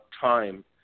time